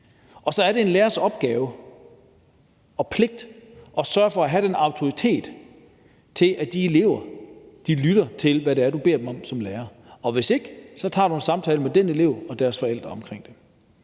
Og så er det en lærers opgave og pligt at sørge for at have den autoritet, at de elever lytter til, hvad det er, du beder dem om som lærer, og hvis ikke, tager du en samtale med de elever og deres forældre omkring det.